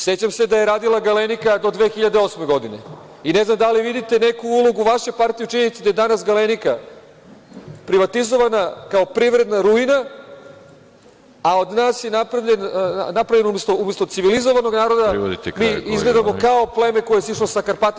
Sećam se da je radila „Galenika“ do 2008. godine i ne znam da li vidite neku ulogu vaše partije u činjenici da je danas “Galenika“ privatizovana kao privredna ruina, a od nas je napravila da, umesto civilizovanog naroda, mi izgledamo kao pleme koje je sišlo sa Karpata.